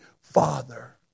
Father